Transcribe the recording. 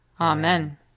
Amen